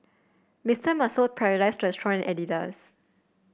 Mister Muscle Paradise Restaurant Adidas